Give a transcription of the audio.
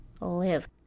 live